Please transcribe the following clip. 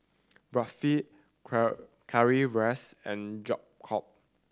Barfi Currywurst and Jokbal